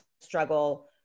struggle